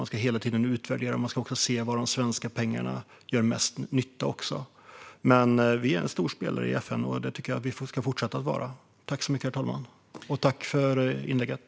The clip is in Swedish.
Man ska hela tiden utvärdera och se var de svenska pengarna gör mest nytta. Men vi är en stor spelare i FN, och det tycker jag att vi ska fortsätta att vara. Tack för inlägget, Mats Nordberg!